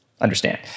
understand